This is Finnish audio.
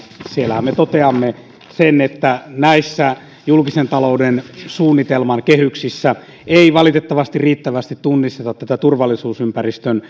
siellähän me toteamme sen että näissä julkisen talouden suunnitelman kehyksissä ei valitettavasti riittävästi tunnisteta tätä turvallisuusympäristön